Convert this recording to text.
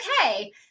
okay